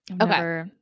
Okay